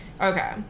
Okay